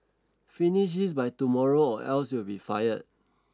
finish this by tomorrow or else you'll be fired